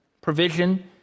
provision